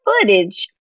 footage